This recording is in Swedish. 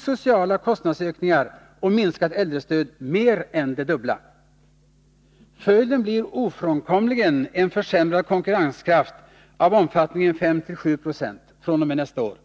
ökningar av sociala kostnader och minskat äldrestöd mer än det dubbla. Följden blir ofrånkomligen en försämrad konkurrenskraft av omfattningen 5-7 Z fr.o.m. nästa år.